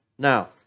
Now